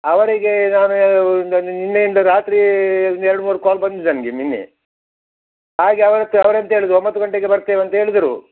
ಅವರಿಗೆ ನಾನು ಇಂದ ನಿನ್ನೆಯಿಂದ ರಾತ್ರಿ ಒಂದು ಎರ್ಡು ಮೂರು ಕಾಲ್ ಬಂದಿದೆ ನನಗೆ ನಿನ್ನೆ ಹಾಗೆ ಅವ್ರ ಹತ್ತಿರ ಅವ್ರು ಎಂತ ಹೇಳಿದ್ರು ಒಂಬತ್ತು ಗಂಟೆಗೆ ಬರ್ತೇವೆ ಅಂತ ಹೇಳಿದ್ರು